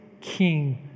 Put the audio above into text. king